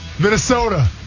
Minnesota